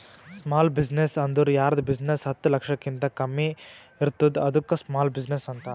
small business ಅಂದುರ್ ಯಾರ್ದ್ business ಹತ್ತ ಲಕ್ಷಕಿಂತಾ ಕಮ್ಮಿ ಇರ್ತುದ್ ಅದ್ದುಕ ಸ್ಮಾಲ್ ಬಿಜಿನೆಸ್ ಅಂತಾರ